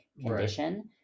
condition